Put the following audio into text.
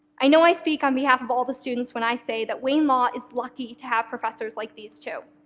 i know i speak on behalf of all the students when i say that wayne law is lucky to have professors like these two.